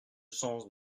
sens